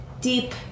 deep